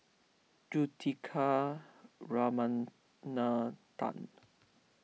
Juthika Ramanathan